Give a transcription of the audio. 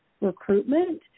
recruitment